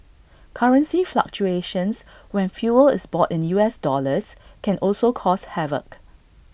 currency fluctuations when fuel is bought in U S dollars can also cause havoc